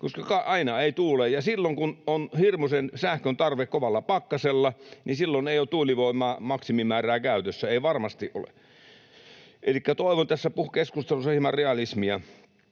koska aina ei tuule. Ja silloin, kun on hirmuinen sähköntarve kovalla pakkasella, ei ole tuulivoimaa maksimimäärää käytössä, ei varmasti ole. Elikkä toivon tässä keskustelussa hieman realismia.